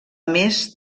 més